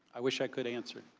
i wish i could answer.